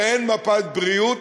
שאין מפת בריאות,